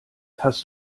hast